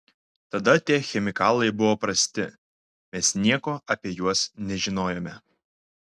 tada tie chemikalai buvo prasti mes nieko apie juos nežinojome